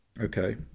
Okay